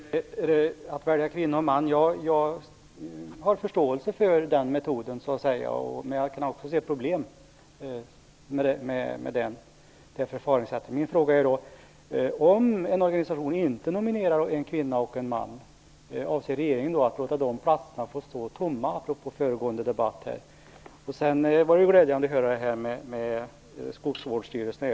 Herr talman! Jag har förståelse för metoden att både en kvinnlig och en manlig kandidat skall föreslås, men jag kan också se problem med det förfaringssättet. Min fråga är: Om en organisation inte nominerar en kvinna och en man, avser regeringen då - apropå föregående debatt - att låta platserna stå tomma? Det var glädjande att höra vad civilministern hade att säga om skogsvårdsstyrelserna.